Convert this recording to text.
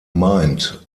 meint